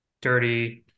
dirty